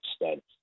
extent